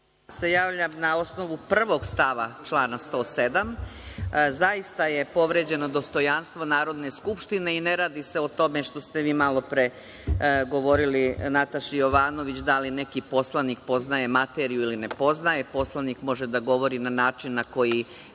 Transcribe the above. Javljam se na osnovu prvog stava člana 107. Zaista je povređeno dostojanstvo Narodne skupštine i ne radi se o tome što ste vi malo pre govorili Nataši Jovanović, da li neki poslanik poznaje materiju ili ne poznaje. Poslanik može da govori na način na koji